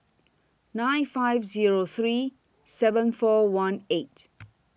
nine five Zero three seven four one eight